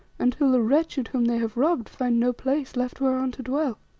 until the wretched whom they have robbed find no place left whereon to dwell?